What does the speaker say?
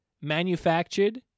manufactured